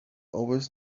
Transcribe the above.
always